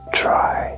try